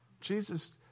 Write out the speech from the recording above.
Jesus